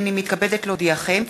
הנני מתכבדת להודיעכם,